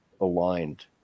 aligned